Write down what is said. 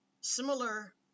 similar